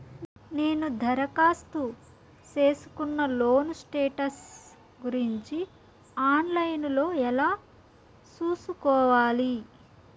నేను దరఖాస్తు సేసుకున్న లోను స్టేటస్ గురించి ఆన్ లైను లో ఎలా సూసుకోవాలి?